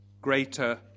greater